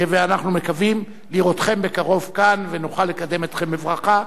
ואנחנו מקווים לראותכם בקרוב כאן ונוכל לקדם אתכם בברכה,